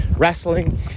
Wrestling